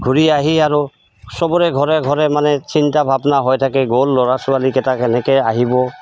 ঘূৰি আহি আৰু চবৰে ঘৰে ঘৰে মানে চিন্তা ভাৱনা হৈ থাকে গ'ল ল'ৰা ছোৱালীকেইটা কেনেকৈ আহিব